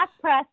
press